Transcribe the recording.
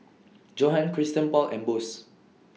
Johan Christian Paul and Bose